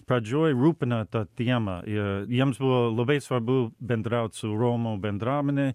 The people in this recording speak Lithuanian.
pradžioj rūpino ta tiema ir jiems buvo labai svarbu bendraut su romų bendruomene